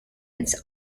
its